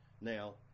Now